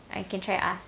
I can try ask